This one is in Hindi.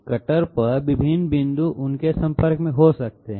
कटर पर विभिन्न बिंदु उसके संपर्क में हो सकते हैं